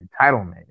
entitlement